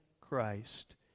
Christ